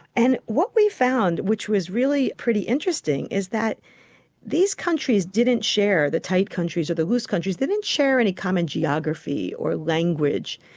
and what we found which was really pretty interesting is that these countries didn't share, the tight countries or the loose countries, they didn't share any common geography or language,